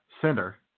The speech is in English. center